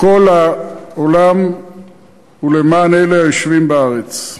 כל העולם ולמען אלה היושבים בארץ.